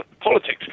politics